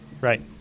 Right